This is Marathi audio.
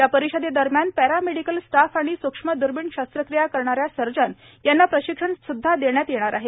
या परिषदेदरम्यान पॅरामेडिकल स्टाफ आणि सूक्ष्म द्र्बीण शस्त्रक्रिया करणाऱ्या सर्जन यांना प्रशिक्षण सुद्धा देण्यात येणार आहे